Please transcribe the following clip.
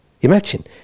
Imagine